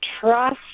trust